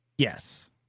yes